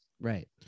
Right